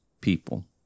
people